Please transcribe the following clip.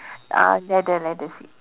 uh leather leather seats